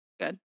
Good